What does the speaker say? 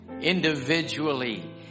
individually